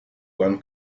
one